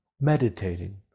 meditating